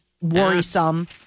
worrisome